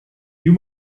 you